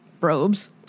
robes